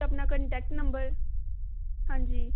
ਆਪਣਾ contact number ਹਾਂਜੀ